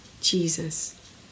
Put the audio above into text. Jesus